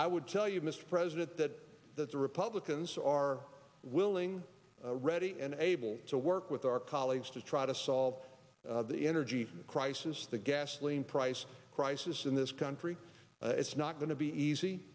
i would tell you mr president that that the republicans are willing ready and able to work with our colleagues to try to solve the energy crisis the gasoline price crisis in this country it's not going to be easy